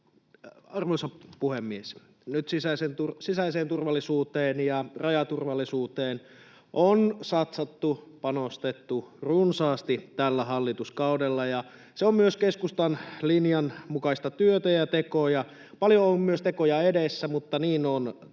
Arvoisa puhemies! Nyt sisäiseen turvallisuuteen ja rajaturvallisuuteen on satsattu, panostettu runsaasti tällä hallituskaudella, ja se on myös keskustan linjan mukaista työtä ja tekoja. Paljon on tekoja myös edessä, mutta niin on takanakin.